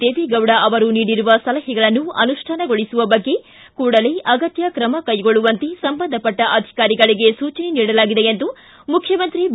ದೇವೆಗೌಡ ಅವರು ನೀಡಿರುವ ಸಲಹೆಗಳನ್ನು ಅನುಷ್ಠಾನಗೊಳಿಸುವ ಬಗ್ಗೆ ಕೂಡಲೇ ಆಗತ್ಯ ಕ್ರಮ ಕೈಗೊಳ್ಳುವಂತೆ ಸಂಬಂಧಪಟ್ನ ಅಧಿಕಾರಿಗಳಿಗೆ ಸೂಚನೆ ನೀಡಲಾಗಿದೆ ಎಂದು ಮುಖ್ಯಮಂತ್ರಿ ಬಿ